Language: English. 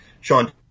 Sean